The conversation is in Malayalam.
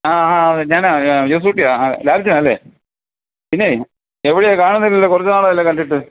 ആ ആ അത് ഞാനാണ് ജോസൂട്ടിയാണ് ലാൽജി ആണല്ലേ പിന്നേ എവിടെയാണ് കാണുന്നില്ലല്ലോ കുറച്ച് നാളായല്ലോ കണ്ടിട്ട്